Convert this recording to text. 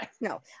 no